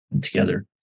together